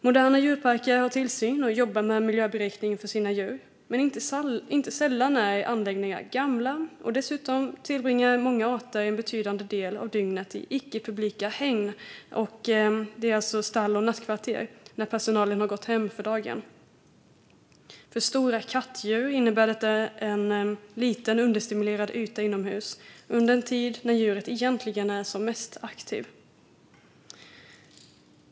Moderna djurparker har tillsyn och jobbar med miljöberikning för sina djur, men inte sällan är anläggningarna gamla, och dessutom tillbringar många arter en betydande del av dygnet i icke publika hägn - det vill säga stall och nattkvarter - när personalen har gått hem för dagen. För stora kattdjur innebär detta en liten yta inomhus där de är understimulerade under den tid då djuret egentligen är som mest aktivt.